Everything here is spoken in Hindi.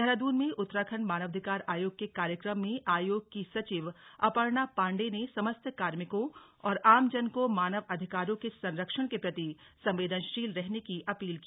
देहरादून में उत्तराखण्ड मानवाधिकार आयोग के कार्यक्रम में आयोग की सचिव अपर्णा पाण्डेय ने समस्त कार्मिकों और आमजन को मानव अधिकारों के संरक्षण के प्रति संवदेनशील रहने की अपील की